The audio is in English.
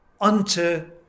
unto